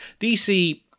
DC